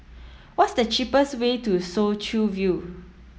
what's the cheapest way to Soo Chow View